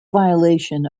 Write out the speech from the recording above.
violation